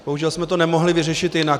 Bohužel jsme to nemohli vyřešit jinak.